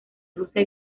rusia